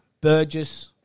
Burgess